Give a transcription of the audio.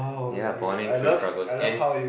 yeah bonding through struggles and